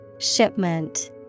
Shipment